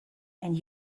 and